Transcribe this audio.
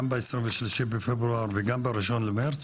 גם ב-23 בפברואר וגם ב-1 במרץ,